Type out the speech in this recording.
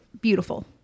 beautiful